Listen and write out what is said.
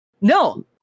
No